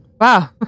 Wow